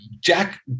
Jack